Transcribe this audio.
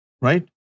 right